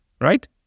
right